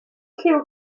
lliw